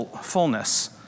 fullness